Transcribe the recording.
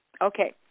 Okay